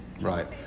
Right